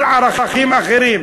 על ערכים אחרים.